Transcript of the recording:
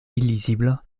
illisible